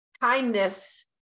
kindness